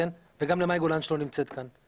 וגם למאי גולן שלא נמצאת כאן.